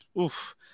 oof